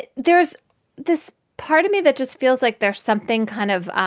there's this part of me that just feels like there's something kind of